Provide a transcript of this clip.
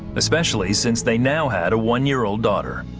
especially since they now had a one-year old daughter.